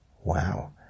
Wow